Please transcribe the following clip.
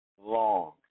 long